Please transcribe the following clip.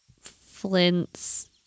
Flint's